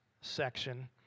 section